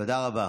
תודה רבה,